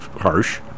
harsh